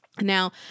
Now